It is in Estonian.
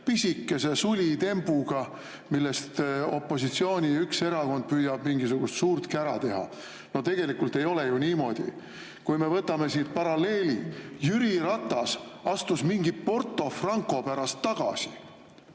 pisikese sulitembuga, millest opositsiooni üks erakond püüab mingisugust suurt kära teha. No tegelikult ei ole ju niimoodi. Kui me võtame siit paralleeli: Jüri Ratas astus mingi Porto Franco pärast tagasi